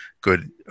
good